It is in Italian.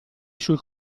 sul